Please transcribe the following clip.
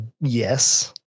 Yes